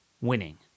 winning